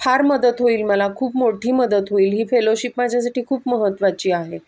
फार मदत होईल मला खूप मोठी मदत होईल ही फेलोशिप माझ्यासाठी खूप महत्वाची आहे